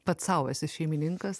pats sau esi šeimininkas